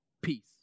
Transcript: peace